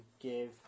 give